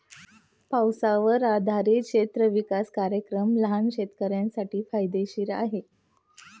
पावसावर आधारित क्षेत्र विकास कार्यक्रम लहान शेतकऱ्यांसाठी फायदेशीर आहे